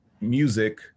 music